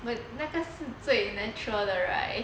but 那个是最 natural 的 right